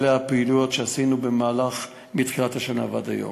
אלה הפעילויות שעשינו מתחילת השנה ועד היום.